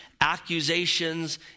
accusations